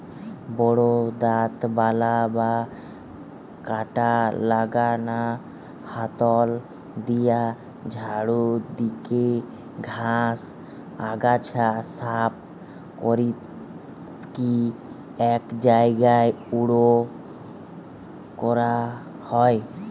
বড় দাঁতবালা বা কাঁটা লাগানা হাতল দিয়া ঝাড়ু দিকি ঘাস, আগাছা সাফ করিকি এক জায়গায় জড়ো করা হয়